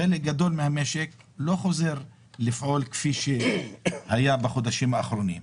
חלק גדול מהמשק לא חוזר לפעול כפי שהיה בחודשים האחרונים,